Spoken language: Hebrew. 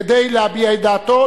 כדי להביע את דעתו,